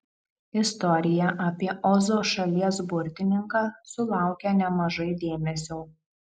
istorija apie ozo šalies burtininką sulaukia nemažai dėmesio